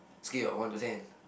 scale of one to ten